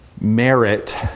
merit